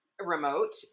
remote